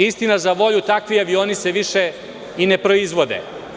Istini za volju, takvi avioni se više i ne proizvode.